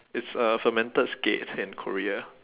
it's uh fermented skates in korea